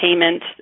payment